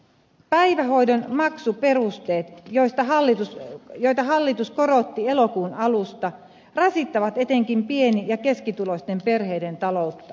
päivähoidon maksuperusteet joita hallitus korotti elokuun alusta rasittavat etenkin pieni ja keskituloisten perheiden taloutta